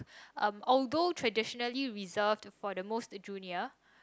um although traditionally reserved for the most junior